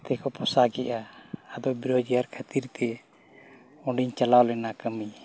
ᱛᱮᱠᱚ ᱯᱚᱥᱟᱜᱮᱜᱼᱟ ᱟᱫᱚ ᱵᱮᱨᱳᱡᱽᱜᱟᱨ ᱠᱷᱟᱹᱛᱤᱨ ᱛᱮ ᱚᱸᱰᱮᱧ ᱪᱟᱞᱟᱣ ᱞᱮᱱᱟ ᱠᱟᱹᱢᱤ